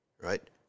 right